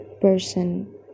person